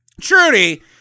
Trudy